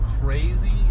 crazy